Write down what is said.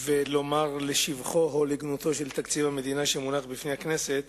ולדבר בשבחו או בגנותו של תקציב המדינה שמונח בפני הכנסת,